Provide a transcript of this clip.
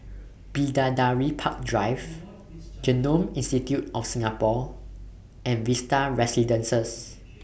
Bidadari Park Drive Genome Institute of Singapore and Vista Residences